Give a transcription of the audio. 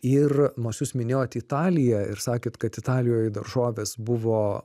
ir nors jūs minėjot italiją ir sakėt kad italijoj daržovės buvo